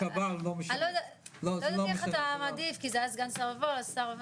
לא ידעתי איך אתה מעדיף, כי זה היה סגן שר, השר.